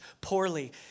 poorly